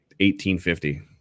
1850